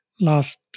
last